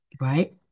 right